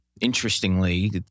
interestingly